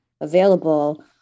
available